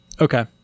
Okay